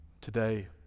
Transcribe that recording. Today